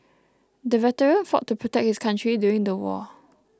the veteran fought to protect his country during the war